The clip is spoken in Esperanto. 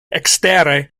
ekstere